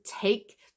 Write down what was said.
take